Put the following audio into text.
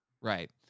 right